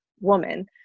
woman